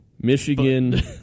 Michigan